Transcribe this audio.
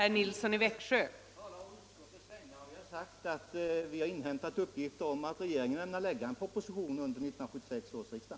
Fru talman! Jag talar här på utskottets vägnar. Och vi har sagt att vi har inhämtat uppgifter om att regeringen ämnar framlägga en proposition under 1976 års riksdag.